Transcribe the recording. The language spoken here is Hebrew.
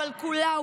אבל כולה,